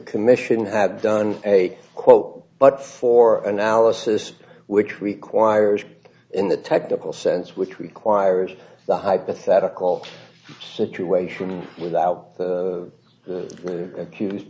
commission had done a quote but for analysis which requires in the technical sense which requires the hypothetical situation without